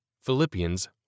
Philippians